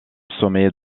sommet